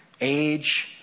Age